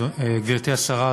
גברתי השרה,